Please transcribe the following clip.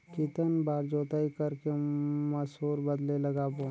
कितन बार जोताई कर के मसूर बदले लगाबो?